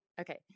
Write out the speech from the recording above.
Okay